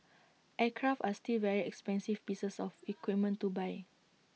aircraft are still very expensive pieces of equipment to buy